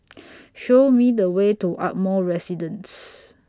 Show Me The Way to Ardmore Residence